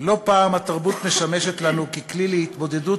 לא פעם התרבות משמשת לנו ככלי להתמודדות